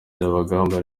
byabagamba